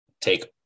take